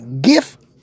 Gift